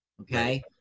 okay